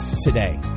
today